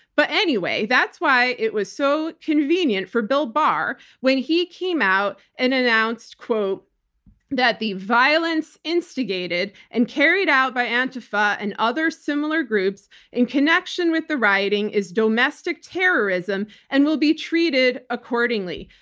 but anyway, that's why it was so convenient for bill barr when he came out and announced that the violence instigated and carried out by antifa and other similar groups in connection with the rioting is domestic terrorism and will be treated accordingly.